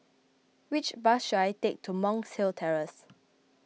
which bus should I take to Monk's Hill Terrace